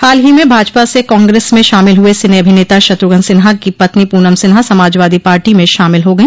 हाल ही में भाजपा से कांग्रेस में शामिल हुए सिने अभिनेता शत्रुघ्न सिन्हा की पत्नी पूनम सिन्हा समाजवादी पार्टी में शामिल हो गई